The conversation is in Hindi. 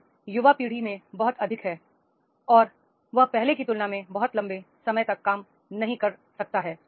वह युवा पीढ़ी में बहुत अधिक है और वह पहले की तुलना में बहुत लंबे समय तक काम नहीं रह सकता है